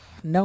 No